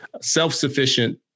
Self-sufficient